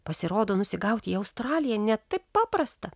pasirodo nusigaut į australiją ne taip paprasta